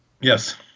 Yes